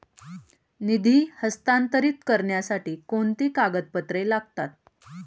निधी हस्तांतरित करण्यासाठी कोणती कागदपत्रे लागतात?